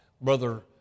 Brother